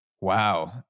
wow